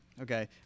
Okay